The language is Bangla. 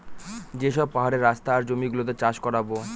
যে সব পাহাড়ের রাস্তা আর জমি গুলোতে চাষ করাবো